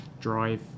drive